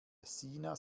sina